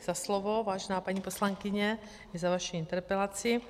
Děkuji za slovo, vážená paní poslankyně, za vaši interpelaci.